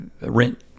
Rent